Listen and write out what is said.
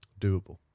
doable